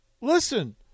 Listen